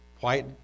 white